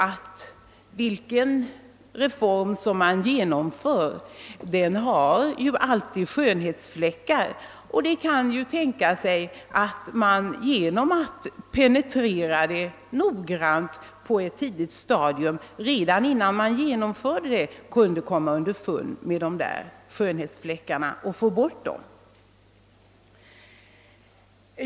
Alla reformer som genomföres har ju skönhetsfläckar, och det kan väl tänkas att vi med en noggrann penetrering på ett tidigt stadium, alltså redan innan reformen genomföres, kan upptäcka sådana skönhetsfläckar och få bort dem.